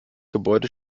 gebäude